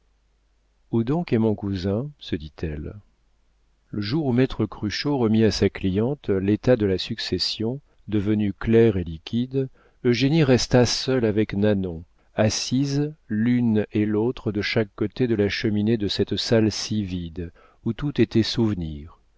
où donc est mon cousin se dit-elle le jour où maître cruchot remit à sa cliente l'état de la succession devenue claire et liquide eugénie resta seule avec nanon assises l'une et l'autre de chaque côté de la cheminée de cette salle si vide où tout était souvenir